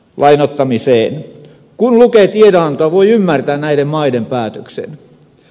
kun lukee tiedonantoa voi ymmärtää näiden maiden päätöksen